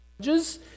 judges